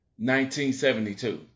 1972